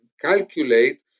calculate